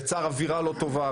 זה יצר אווירה לא טובה,